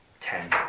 Ten